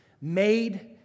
made